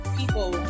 people